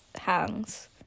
hangs